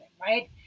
right